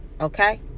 okay